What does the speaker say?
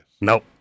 Nope